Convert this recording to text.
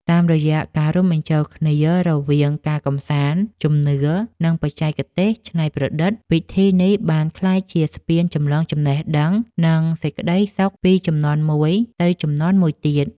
តាមរយៈការរួមបញ្ចូលគ្នារវាងការកម្សាន្ត ជំនឿ និងបច្ចេកទេសច្នៃប្រឌិត ពិធីនេះបានក្លាយជាស្ពានចម្លងចំណេះដឹង និងសេចក្ដីសុខពីជំនាន់មួយទៅជំនាន់មួយទៀត។